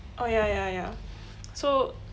oh ya ya ya so